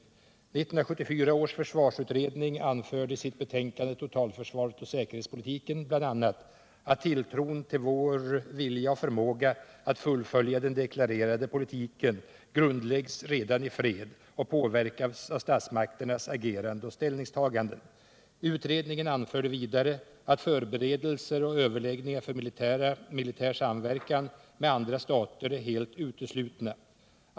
1974 års försvarsutredning anförde i sitt betänkande Totalförsvaret och säkerhetspolitiken bl.a. att tilltron till vår vilja och förmåga att fullfölja den deklarerade politiken grundläggs redan i fred och påverkas av statsmakternas agerande och ställningstaganden. Utredningen anförde också att förberedelser och överläggningar för militär samverkan med andra stater är helt uteslutna.